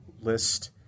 list